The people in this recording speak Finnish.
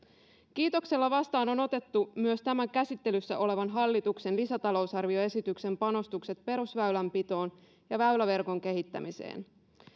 kiitoksella vastaan on otettu myös tämän käsittelyssä olevan hallituksen lisätalousarvioesityksen panostukset perusväylänpitoon ja väyläverkon kehittämiseen